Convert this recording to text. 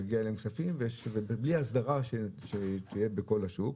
יגיעו אליהן וזה יהיה בלי הסדרה שתהיה בכל השוק.